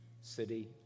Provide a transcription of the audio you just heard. City